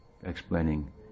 explaining